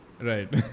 Right